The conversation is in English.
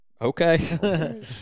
Okay